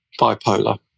bipolar